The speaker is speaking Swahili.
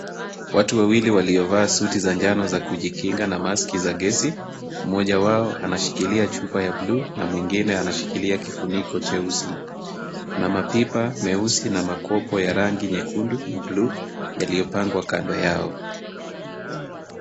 Watu wawili waliovaa suti za njano za kujikinga na maski za gesi. Moja wao anashikilia chupa ya bluu na mwingine anashikilia kifuniko cheusi na mapipa meusi na makopo ya rangi nyekundu na bluu yaliyopangwa kando yao.